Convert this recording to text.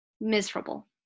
miserable